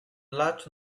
latch